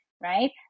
right